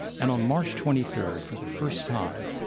and on march twenty third for the first time,